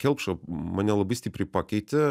kelpša mane labai stipriai pakeitė